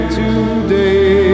today